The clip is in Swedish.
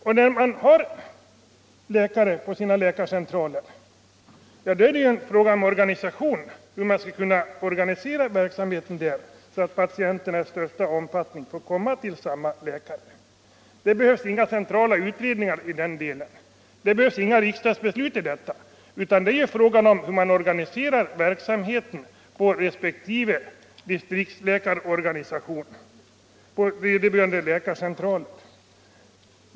Och när man har läkare på läkarcentraler är det en fråga om organisation, hur man skall kunna organisera verksamheten där, så att patienterna i största möjliga omfattning får komma till samma läkare. Det behövs inga centrala utredningar i den delen. Det behövs inga riksdagsbeslut om detta, utan det är fråga om hur man kan organisera verksamheten på resp. distriktsläkarstation eller läkarcentral.